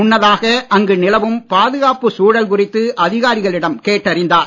முன்னதாக அங்கு நிலவும் பாதுகாப்பு சூழல் குறித்து அதிகாரிகளிடம் கேட்டறிந்தார்